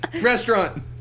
restaurant